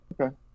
Okay